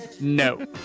no